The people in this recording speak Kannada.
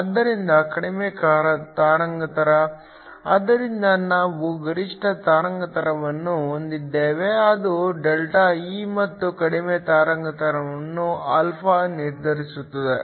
ಆದ್ದರಿಂದ ಕಡಿಮೆ ತರಂಗಾಂತರ ಆದ್ದರಿಂದ ನಾವು ಗರಿಷ್ಠ ತರಂಗಾಂತರವನ್ನು ಹೊಂದಿದ್ದೇವೆ ಅದು ΔE ಮತ್ತು ಕಡಿಮೆ ತರಂಗಾಂತರವನ್ನು α ನಿರ್ಧರಿಸುತ್ತದೆ